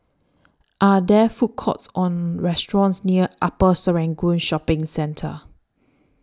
Are There Food Courts Or restaurants near Upper Serangoon Shopping Centre